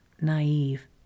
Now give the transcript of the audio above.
naive